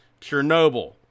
Chernobyl